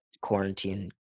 quarantine